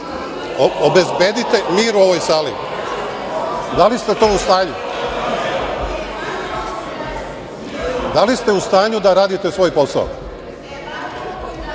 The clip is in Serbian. Obezbedite mir u ovoj sali. Da li ste to u stanju? Da li ste u stanju da radite svoj posao?